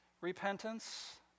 Repentance